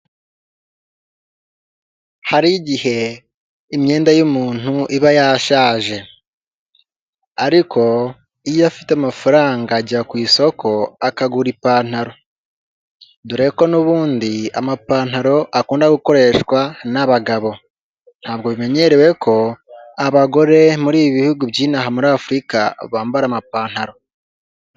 Hari igihe imyenda y'umuntu iba yashaje, ariko iyo afite amafaranga ajya ku isoko akagura ipantaro. Dore ko n'ubundi amapantaro akunda gukoreshwa n'abagabo ntabwo bimenyerewe ko abagore muri ibi bihugu byaha muri afurika bambara amapantaro.